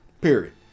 Period